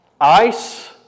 ice